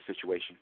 situation